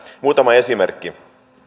muutama esimerkki